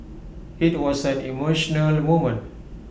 IT was an emotional moment